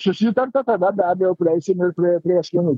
susitarta tada be abejo prieisim ir prie prie asmenybių